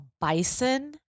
bison